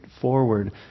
forward